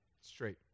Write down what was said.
Straight